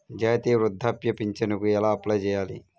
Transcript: జాతీయ వృద్ధాప్య పింఛనుకి ఎలా అప్లై చేయాలి?